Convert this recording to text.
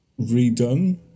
redone